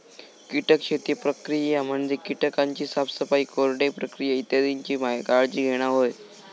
कीटक शेती प्रक्रिया म्हणजे कीटकांची साफसफाई, कोरडे प्रक्रिया इत्यादीची काळजी घेणा होय